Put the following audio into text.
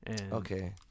Okay